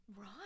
right